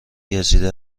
گزیده